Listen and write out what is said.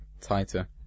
tighter